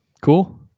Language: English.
cool